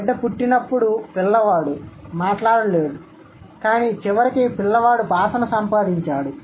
బిడ్డ పుట్టినప్పుడు పిల్లవాడు మాట్లాడలేదు కానీ చివరికి పిల్లవాడు భాషను సంపాదించాడు